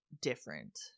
different